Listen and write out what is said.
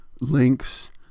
links